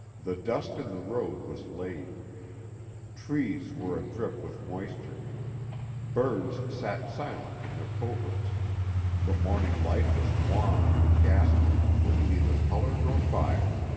the dust in the road was laid trees were adrip with moisture birds sat silent in their coverts the morning light was wan and ghastly, with neither color nor fire.